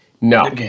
No